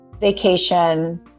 vacation